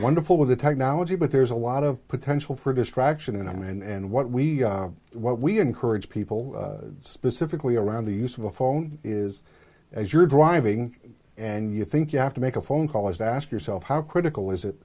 wonderful with the technology but there's a lot of potential for distraction and what we what we encourage people specifically around the use of a phone is as you're driving and you think you have to make a phone call is to ask yourself how critical is it